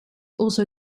also